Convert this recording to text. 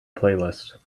playlist